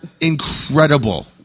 incredible